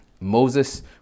Moses